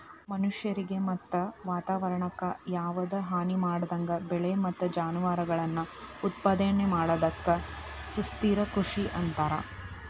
ಮನಷ್ಯಾರಿಗೆ ಮತ್ತ ವಾತವರಣಕ್ಕ ಯಾವದ ಹಾನಿಮಾಡದಂಗ ಬೆಳಿ ಮತ್ತ ಜಾನುವಾರಗಳನ್ನ ಉತ್ಪಾದನೆ ಮಾಡೋದಕ್ಕ ಸುಸ್ಥಿರ ಕೃಷಿ ಅಂತಾರ